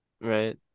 Right